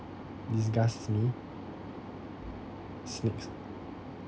disgust me snakes